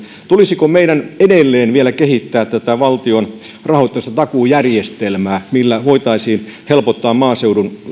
tulisiko meidän edelleen vielä kehittää tätä valtion rahoitusta takuujärjestelmää millä voitaisiin helpottaa maaseudun